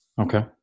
Okay